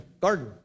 garden